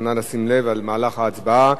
אז נא לשים לב למהלך ההצבעה.